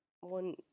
one